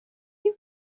you